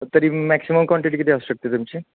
तरी maximum quantity किती असू शकते तुमची